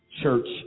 church